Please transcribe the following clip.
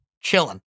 Chilling